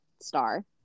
star